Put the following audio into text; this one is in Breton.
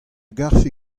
garfe